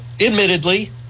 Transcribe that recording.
Admittedly